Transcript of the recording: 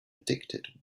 addicted